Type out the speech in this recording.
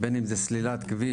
בין אם זה סלילת כביש,